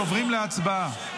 עוברים להצבעה.